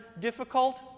difficult